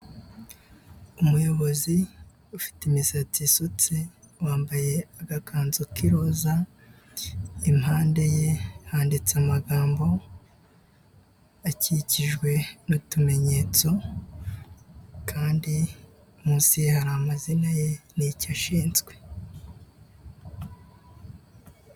Umuyobozi ufite imisati isutse, yambaye agakanzu k'iroza, impande ye handitse amagambo akikijwe n'utumenyetso, kandi munsi ye hari amazina ye n'icyo ashinzwe.